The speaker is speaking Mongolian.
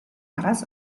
араас